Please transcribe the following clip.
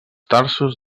tarsos